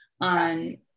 on